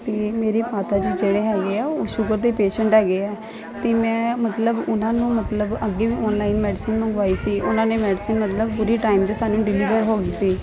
ਅਤੇ ਮੇਰੇ ਮਾਤਾ ਜੀ ਜਿਹੜੇ ਹੈਗੇ ਆ ਉਹ ਸ਼ੂਗਰ ਦੇ ਪੇਸ਼ੈਂਟ ਹੈਗੇ ਆ ਅਤੇ ਮੈਂ ਮਤਲਬ ਉਹਨਾਂ ਨੂੰ ਮਤਲਬ ਅੱਗੇ ਵੀ ਔਨਲਾਈਨ ਮੈਡੀਸਨ ਮੰਗਵਾਈ ਸੀ ਉਹਨਾਂ ਨੇ ਮੈਡੀਸਨ ਮਤਲਬ ਪੂਰੀ ਟਾਈਮ 'ਤੇ ਸਾਨੂੰ ਡਲੀਵਰ ਹੋ ਗਈ ਸੀ